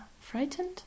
frightened